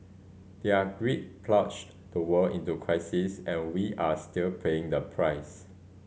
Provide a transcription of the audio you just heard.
their greed plunged the world into crisis and we are still paying the price